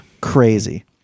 Crazy